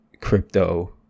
crypto